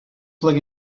plug